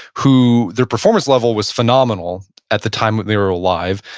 who their performance level was phenomenal at the time they were alive.